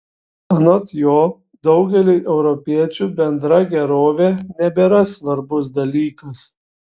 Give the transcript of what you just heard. anot jo daugeliui europiečių bendra gerovė nebėra svarbus dalykas